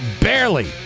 barely